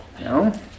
No